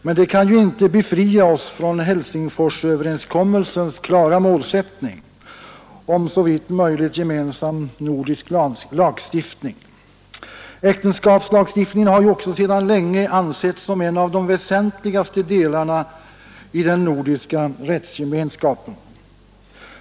Men det kan ju inte befria oss från Helsingforsöverenskommelsens klara målsättning om såvitt möjligt gemensam nordisk lagstiftning. Äktenskapslagstiftningen har ju också länge ansetts som en av de väsentligaste delarna i den nordiska rättsgemenskapen.